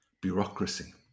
bureaucracy